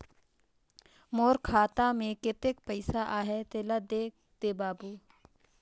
मोर खाता मे कतेक पइसा आहाय तेला देख दे बाबु?